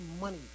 money